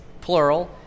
plural